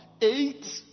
Eight